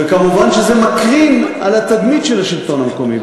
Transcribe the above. ומובן שזה מקרין על התדמית של השלטון המקומי,